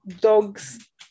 dogs